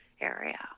area